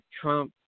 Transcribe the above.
Trump